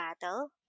battle